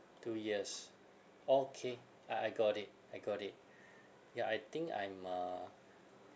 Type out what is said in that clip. two years okay uh I got it I got it ya I think I'm uh